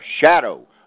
shadow